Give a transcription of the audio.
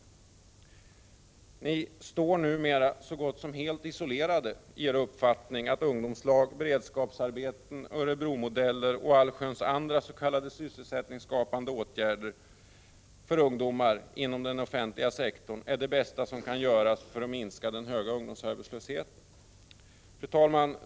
Ni står numera så gott som helt isolerade i er uppfattning att ungdomslag, beredskapsarbeten, Örebromodeller och all sköns andra s.k. sysselsättningsskapande åtgärder för ungdomar inom den offentliga sektorn är det bästa som kan göras för att minska den höga ungdomsarbetslösheten. Fru talman!